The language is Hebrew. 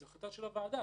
זו החלטה של הוועדה,